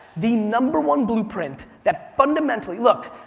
the number one blueprint that fundamentally, look,